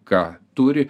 ką turi